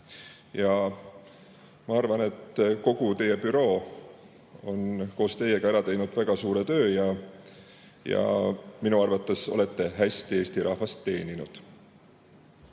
Ma arvan, et kogu teie büroo koos teiega on ära teinud väga suure töö ja minu arvates olete hästi Eesti rahvast teeninud. Teie